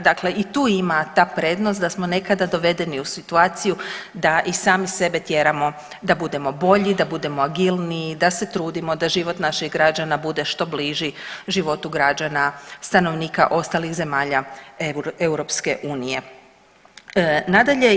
Dakle i tu ima ta prednost da smo nekada dovedeni u situaciju da i sami sebe tjeramo da budemo bolji, da budemo agilniji, da se trudimo da život naših građana bude što bliži životu građana stanovnika ostalih zemalja Europske unije.